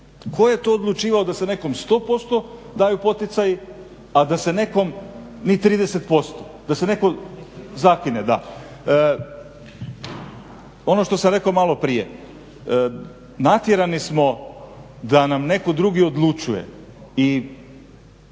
Tko je to odlučivao da se nekom 100% daju poticaji a da se nekom ni 30%. Da se nekog zakine. Ono što sam rekao malo prije natjerani smo da nam netko drugi odlučuje i